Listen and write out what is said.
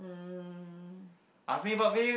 um